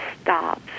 stops